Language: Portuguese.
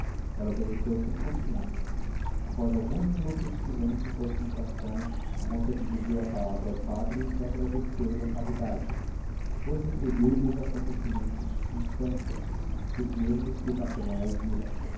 ela obedeceu sem consciência após alguns minutos de silêncio e concentração a moça dirigiu a palavra ao padre e agradeceu-lhe a caridade depois referiu lhe os acontecimentos de sua infância os mesmos que o capelão ouvira